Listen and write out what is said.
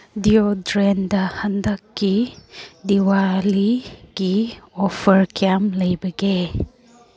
ꯗ꯭ꯌꯣꯗ꯭ꯔꯦꯟꯗ ꯍꯟꯗꯛꯀꯤ ꯗꯤꯋꯥꯂꯤꯒꯤ ꯑꯣꯐꯔ ꯀ꯭ꯌꯥꯝ ꯂꯩꯕꯒꯦ